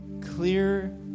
clear